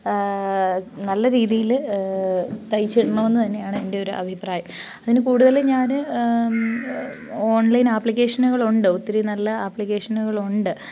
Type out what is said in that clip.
നല്ല രീതിയിൽ തയ്ച്ച് ഇടണമെന്നുതന്നെയാണ് എൻ്റെയൊരു അഭിപ്രായം അതിന് കൂടുതലും ഞാൻ ഓൺലൈൻ ആപ്ലിക്കേഷനുകളുണ്ട് ഒത്തിരി നല്ല ആപ്ലിക്കേഷനുകളുണ്ട്